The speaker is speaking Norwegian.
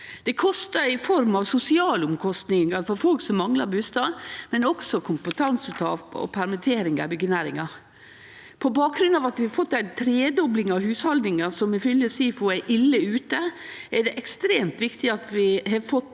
Det kostar i form av sosiale omkostningar for folk som manglar bustad, men også i form av kompetansetap og permitteringar i byggjenæringa. På bakgrunn av at vi har fått ei tredobling av hushald som ifylgje SIFO er ille ute, er det ekstremt viktig at vi har fått